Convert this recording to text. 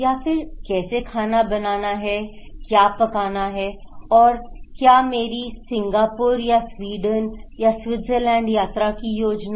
या फिर कैसे खाना बनाना है क्या पकाना है और क्या मेरी सिंगापुर या स्वीडन या स्विट्जरलैंड यात्रा की योजना